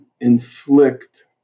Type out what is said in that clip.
inflict